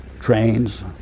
trains